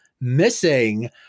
missing